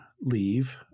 leave